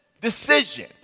decision